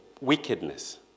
wickedness